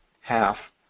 half